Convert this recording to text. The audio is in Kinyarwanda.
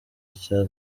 icya